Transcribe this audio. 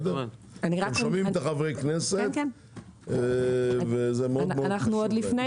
אתם שומעים את חברי הכנסת וזה מאוד חשוב להם.